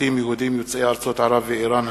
פליטים יהודים יוצאי ארצות ערב ואירן,